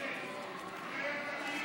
בדיור, התשע"ו 2015,